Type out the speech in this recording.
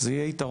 זה יהיה יתרון.